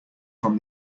from